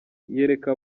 yereka